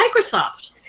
Microsoft